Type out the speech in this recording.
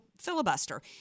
filibuster